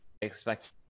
expect